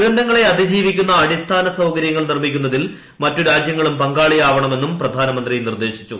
ദുരന്തങ്ങളെ അതിജീവിക്കുന്ന അടിസ്ഥാന സൌകര്യങ്ങ് നിർമ്മിക്കുന്നതിൽ മറ്റു രാജ്യങ്ങളും പങ്കാളിയാവണമെന്നും പ്രിധാനമന്ത്രി നിർദ്ദേശിച്ചു